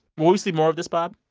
will we see more of this, bob?